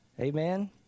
Amen